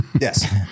Yes